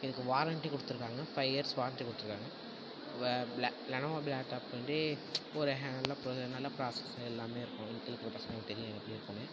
இதுக்கு வாரண்டி கொடுத்துருக்காங்க five years warranty கொடுத்துருக்காங்க வே லே லே லெனோவோ லேப்டாப் வந்து ஒரு ஹே நல்ல ப்ராசஸ் நல்ல ப்ராசஸ் எல்லாமே இருக்கும் நூற்றுக்கு தொண்ணூறு பர்சண்டேஜ் தெரியும் உங்களுக்கு எப்படி இருக்குன்னு